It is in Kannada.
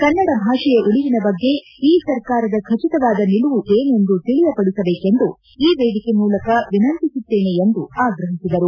ಕನ್ನಡ ಭಾಷೆಯ ಉಳಿವಿನ ಬಗ್ಗೆ ಈ ಸರ್ಕಾರದ ಖಚಿತವಾದ ನಿಲುವು ಏನೆಂದು ತಿಳಿಯಪಡಿಸಬೇಕು ಎಂದು ಈ ವೇದಿಕೆ ಮೂಲಕ ವಿನಂತಿಸುತ್ತೇನೆ ಎಂದು ಆಗ್ರಹಿಸಿದರು